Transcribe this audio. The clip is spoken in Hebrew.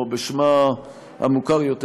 או בשמה המוכר יותר,